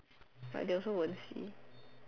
but they also won't see